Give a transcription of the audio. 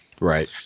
Right